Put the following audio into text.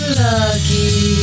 lucky